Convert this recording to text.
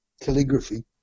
calligraphy